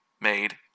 made